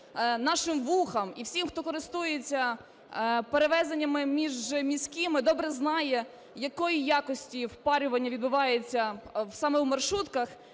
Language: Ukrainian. нашим вухам і всім, хто користується перевезеннями міжміськими і добре знає, якої якості впарювання відбувається саме в маршрутках,